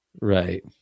right